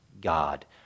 God